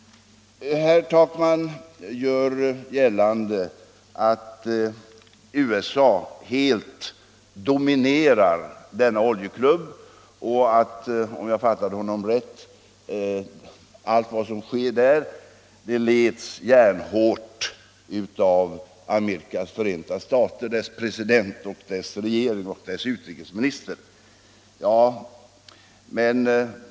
Herr Takman gör gällande att USA helt dominerar denna oljeklubb. Om jag fattade honom rätt leds allt vad som sker där järnhårt av Amerikas förenta stater, av dess president, dess regering och dess utrikesminister.